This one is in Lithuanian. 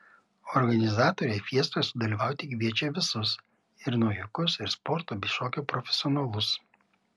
organizatoriai fiestoje sudalyvauti kviečia visus ir naujokus ir sporto bei šokio profesionalus